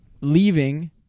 leaving